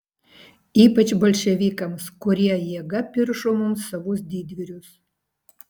ypač bolševikams kurie jėga piršo mums savus didvyrius